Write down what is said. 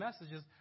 messages